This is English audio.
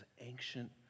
ancient